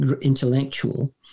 intellectual